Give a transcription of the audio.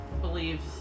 believes